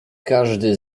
każdy